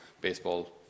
baseball